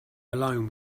alone